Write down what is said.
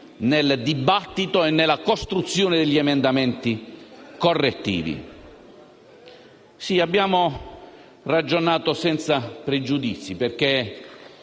nel dibattito e nella costruzione degli emendamenti correttivi. Abbiamo ragionato senza pregiudizi, perché